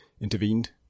intervened